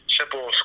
simple